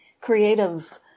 creative